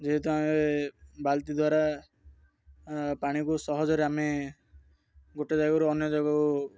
ଯେହେତୁ ଆମେ ବାଲ୍ଟି ଦ୍ୱାରା ପାଣିକୁ ସହଜରେ ଆମେ ଗୋଟେ ଜାଗାରୁ ଅନ୍ୟ ଜାଗାକୁ